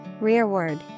Rearward